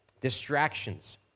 Distractions